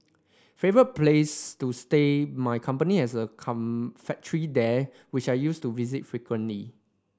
favourite place to stay my company has a factory there which I used to visit frequently